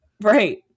Right